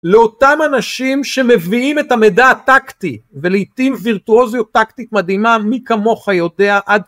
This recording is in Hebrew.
לאותם אנשים שמביאים את המידע הטקטי ולעיתים וירטואוזיות טקטית מדהימה מי כמוך יודע